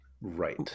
Right